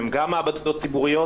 הן גם מעבדות ציבוריות.